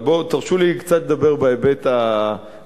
תרשו לי קצת לדבר בהיבט הכללי,